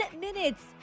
minutes